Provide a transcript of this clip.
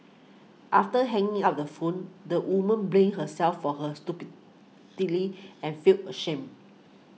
after hanging up the phone the woman blamed herself for her and felt ashamed